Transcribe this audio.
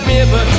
River